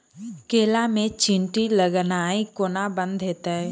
केला मे चींटी लगनाइ कोना बंद हेतइ?